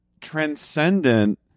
transcendent